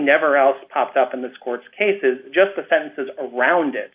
never else popped up in the courts cases just the fences around it